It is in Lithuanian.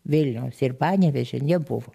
vilniaus ir panevėžio nebuvo